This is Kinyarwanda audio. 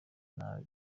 nabi